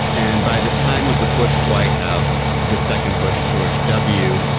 and by the time of the bush white house, the second bush, george w,